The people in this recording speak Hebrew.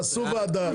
תעשו ועדה.